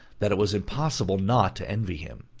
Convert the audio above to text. that it was impossible not to envy him.